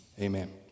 Amen